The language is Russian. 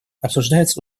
обсуждаются